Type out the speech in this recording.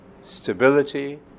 stability